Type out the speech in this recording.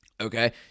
okay